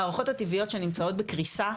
המערכות הטבעיות שנמצאות בקריסה,